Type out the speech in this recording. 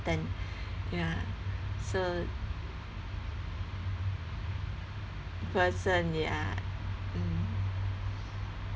enlighten ya so person ya mm